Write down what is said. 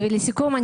לסיכום,